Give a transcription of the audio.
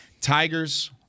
Tigers